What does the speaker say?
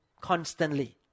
constantly